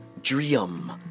dream